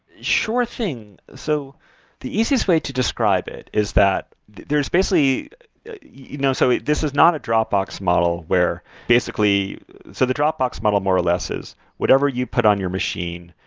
sure thing. so the easiest way to describe it is that there's basically you know so this is not a dropbox model where basically so the dropbox model more or less is whatever you put on your machine,